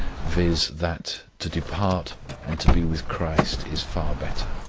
viz, that to depart and to be with christ is far better.